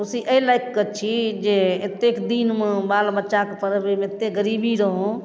खुशी एहि लऽ कऽ छी जे एतेक दिनमे बाल बच्चाके पढ़बैमे एतेक गरीबी रहौँ